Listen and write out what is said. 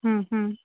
हम्म हम्म